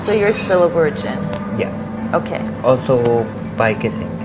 you're still a virgin yeah ok also by kissing